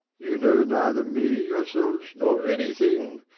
you know neither me, yourselves, nor anything.